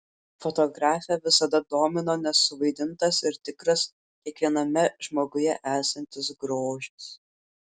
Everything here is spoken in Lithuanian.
fotografę visada domino nesuvaidintas ir tikras kiekviename žmoguje esantis grožis